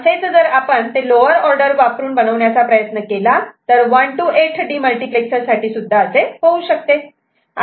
असेच जर आपण ते लोवर ऑर्डर वापरून बनवण्याचा प्रयत्न केला तर 1 to 8 डीमल्टिप्लेक्सर साठी सुद्धा होऊ शकते